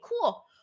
cool